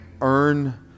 earn